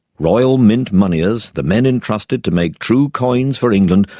royal mint moneyers, the men entrusted to make true coins for england,